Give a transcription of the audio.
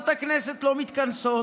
ועדות הכנסת לא מתכנסות,